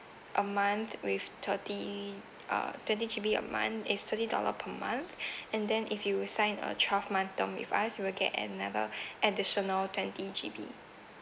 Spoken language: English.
a month with thirty uh thirty G_B a month is thirty dollar per month and then if you sign a twelve month term with us you will get another additional twenty G_B